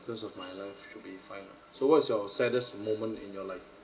in terms of my life should be fine lah so what's your saddest moment in your life